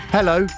Hello